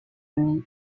demi